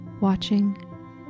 watching